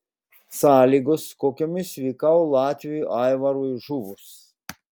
sąlygos kokiomis vykau latviui aivarui žuvus